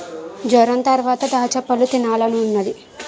జొరంతరవాత దాచ్చపళ్ళు తినాలనున్నాది